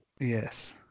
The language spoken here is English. yes